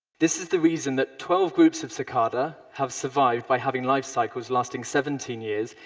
this is the reason that twelve groups of cicada have survived by having life cycles lasting seventeen years,